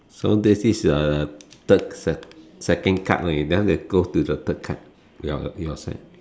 so this the third second card then after that go to the third card your your side